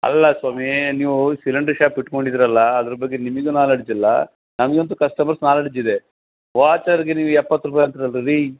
ಅಲ್ಲ ಸ್ವಾಮೀ ನೀವೂ ಸಿಲಿಂಡರ್ ಶಾಪ್ ಇಟ್ಕೊಂಡಿದ್ದೀರಲ್ಲಾ ಅದ್ರ ಬಗ್ಗೆ ನಿಮಿಗೆ ನಾಲೆಡ್ಜ್ ಇಲ್ಲ ನಮಗಂತು ಕಸ್ಟಮರ್ಸ್ ನಾಲೆಡ್ಜ್ ಇದೆ ವಾಚರಿಗೆ ನೀವ್ ಎಪ್ಪತ್ತು ರೂಪಾಯಿ ಅಂತಿರಲ್ಲ ರೀ